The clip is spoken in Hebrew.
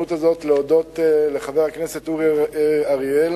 בהזדמנות הזאת להודות לחבר הכנסת אורי אריאל